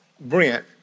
Brent